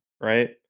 right